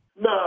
No